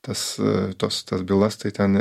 tas tos tas bylas tai ten